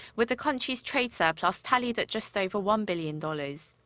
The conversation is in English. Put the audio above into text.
with the country's trade surplus tallied at just over one billion dollars.